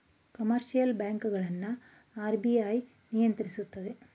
commercial bank ಗಳನ್ನು RBI ನಿಯಂತ್ರಿಸುತ್ತದೆ